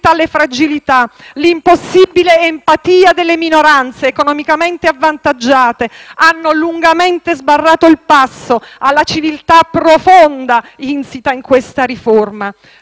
alle fragilità, l'impossibile empatia delle minoranze economicamente avvantaggiate hanno lungamente sbarrato il passo alla civiltà profonda insita in questa riforma.